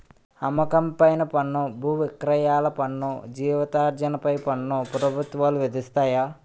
అమ్మకం పైన పన్ను బువిక్రయాల పన్ను జీతార్జన పై పన్ను ప్రభుత్వాలు విధిస్తాయి